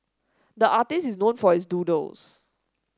the artist is known for his doodles